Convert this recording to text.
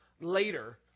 later